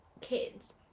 kids